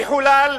מחולל,